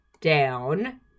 down